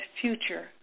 future